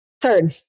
Third